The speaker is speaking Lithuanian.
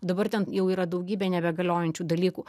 dabar ten jau yra daugybė nebegaliojančių dalykų